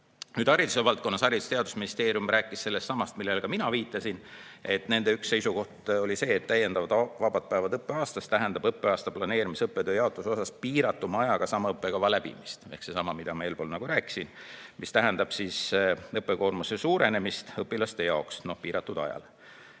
Nüüd, hariduse valdkonna kohta Haridus- ja Teadusministeerium rääkis sellestsamast, millele ka mina viitasin. Nende üks seisukoht oli see, et täiendavad vabad päevad õppeaastal tähendavad õppeaasta planeerimisel õppetööjaotuse osas piiratuma ajaga sama õppekava läbimist. Ehk seesama, mida ma enne rääkisin. See tähendab õppekoormuse suurenemist õpilaste jaoks piiratud ajal.